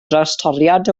drawstoriad